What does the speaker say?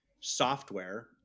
software